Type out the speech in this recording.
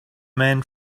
men